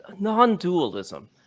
non-dualism